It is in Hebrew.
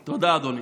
תודה, אדוני.